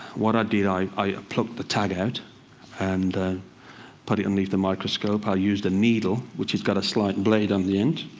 what i did, i i plucked the tag out and put it underneath the microscope. i used the needle which has got a slight and blade on the end.